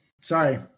Sorry